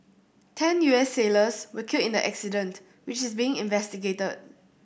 ten U S sailors were killed in the accident which is being investigated